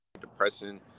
depressing